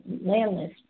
landless